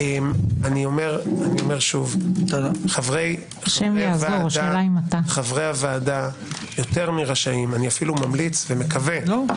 שוב אומר - חברי הוועדה יותר מרשאים אני אפילו ממליץ ומקווה- -- לא.